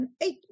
eight